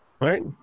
Right